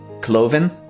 Cloven